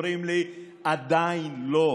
אומרים לי: עדיין לא.